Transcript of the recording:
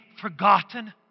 forgotten